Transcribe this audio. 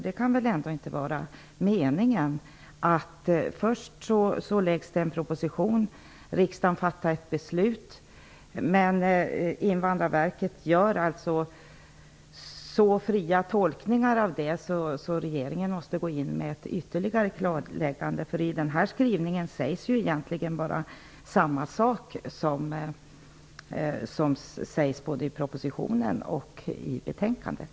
Det kan väl ändå inte vara meningen att regeringen först skall lägga fram en proposition och riksdagen fatta ett beslut men att Invandrarverket sedan kan göra så fria tolkningar av detta beslut att regeringen måste gå in med ett ytterligare klarläggande. I den här skrivningen sägs ju egentligen bara samma sak som sägs både i propositionen och i betänkandet.